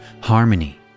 Harmony